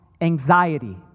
anxiety